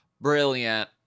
Brilliant